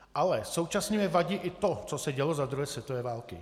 Ale současně mi vadí i to, co se dělo za druhé světové války.